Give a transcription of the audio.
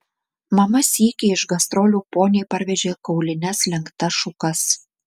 mama sykį iš gastrolių poniai parvežė kaulines lenktas šukas